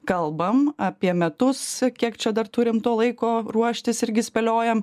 kalbam apie metus kiek čia dar turim to laiko ruoštis irgi spėliojam